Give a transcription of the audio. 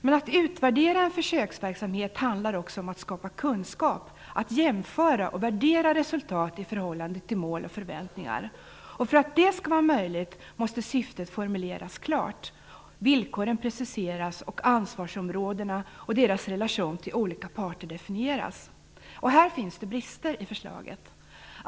Men att utvärdera en försöksverksamhet handlar också om att skapa kunskap, att jämföra och värdera resultat i förhållande till mål och förväntningar, och för att det skall vara möjligt måste syftet formuleras klart, villkoren preciseras och ansvarsområdena och deras relation till olika parter definieras. Här finns det brister i förslaget.